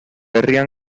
herrian